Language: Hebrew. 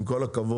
עם כל הכבוד,